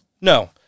No